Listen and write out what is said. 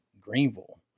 Greenville